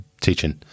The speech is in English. teaching